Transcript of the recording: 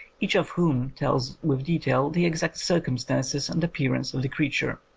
each of whom tells with detail the exact circumstances and appearance of the crea ture.